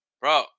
Bro